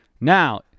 Now